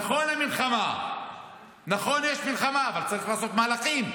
נכון, יש מלחמה, אבל צריך לעשות מהלכים,